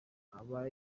aba